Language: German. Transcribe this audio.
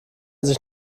sich